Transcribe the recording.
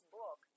book